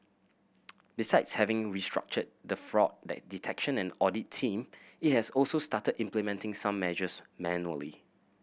besides having restructured the fraud detection and audit team it has also started implementing some measures manually